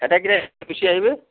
আটাইকেইটা গুচি আহিবি